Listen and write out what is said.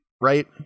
right